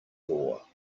law